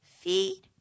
Feed